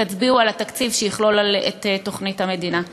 ותצביעו על התקציב שיכלול את תוכנית הגליל.